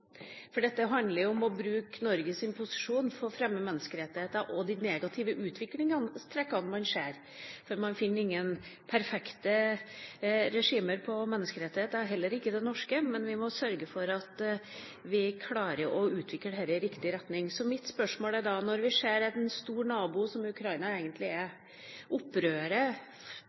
Dette handler jo om å bruke Norges posisjon for å fremme menneskerettigheter og de negative utviklingstrekkene man ser. Man finner ingen perfekte regimer når det gjelder menneskerettigheter, heller ikke det norske, men vi må sørge for at vi klarer å utvikle dette i riktig retning. Når vi ser til en stor nabo, som Ukraina egentlig er,